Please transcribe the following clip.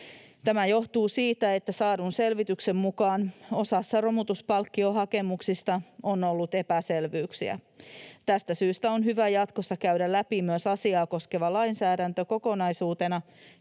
Tämä johtuu siitä, että saadun selvityksen mukaan osassa romutuspalkkiohakemuksista on ollut epäselvyyksiä. Tästä syystä on hyvä jatkossa käydä läpi myös asiaa koskeva lainsäädäntö kokonaisuutena